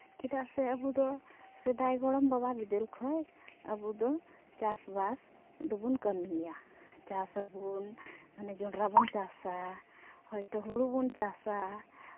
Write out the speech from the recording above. ᱪᱮᱫᱟᱜ ᱥᱮ ᱟᱵᱚ ᱫᱚ ᱥᱮᱫᱟᱭ ᱜᱚᱲᱚᱢ ᱵᱟᱵᱟ ᱵᱤᱫᱟᱹᱞ ᱠᱷᱚᱱ ᱟᱵᱚ ᱫᱚ ᱪᱟᱥᱵᱟᱥ ᱫᱚᱵᱚᱱ ᱠᱟᱹᱢᱤᱭᱟ ᱪᱟᱥ ᱟᱵᱚᱱ ᱢᱟᱱᱮ ᱡᱚᱱᱰᱨᱟ ᱵᱚᱱ ᱪᱟᱥᱟ ᱦᱚᱭᱛᱳ ᱦᱩᱲᱩ ᱵᱚᱱ ᱪᱟᱥᱟ